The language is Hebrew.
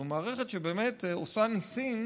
זו מערכת שבאמת עושה ניסים,